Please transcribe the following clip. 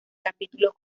capítulos